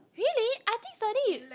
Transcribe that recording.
really I think suddenly you